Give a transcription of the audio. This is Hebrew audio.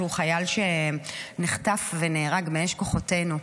שהוא חייל שנחטף ונהרג מאש כוחותינו.